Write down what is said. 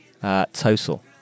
total